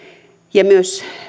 ja